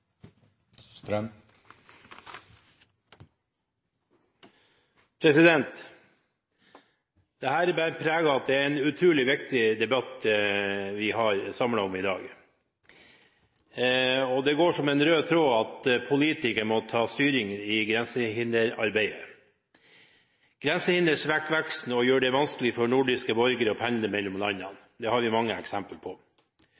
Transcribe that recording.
en utrolig viktig debatt vi er samlet om i dag, og det går som en rød tråd at politikere må ta styring i grensehinderarbeidet. Grensehindre svekker veksten og gjør det vanskelig for nordiske borgere å pendle mellom landene – det har vi mange eksempler på.